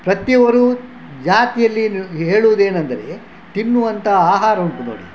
ಪ್ರತಿ ಒರು ಜಾತಿಯಲ್ಲಿ ಏನು ಹೇಳುವುದೇನೆಂದರೆ ತಿನ್ನುವಂಥ ಆಹಾರವುಂಟು ನೋಡಿ